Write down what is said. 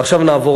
ועכשיו נעבור